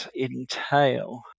entail